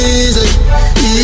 easy